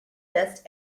dust